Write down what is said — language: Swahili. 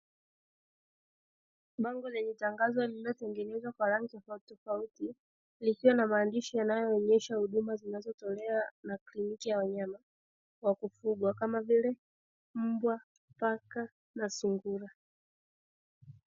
Bango lenye tangazo lililotengenezwa kwa rangi tofautitofauti, likiwa na maandishi yanayoonyesha huduma zinazotolewa na kliniki ya wanyama wa kufugwa kama vile: mbwa, paka na sungura.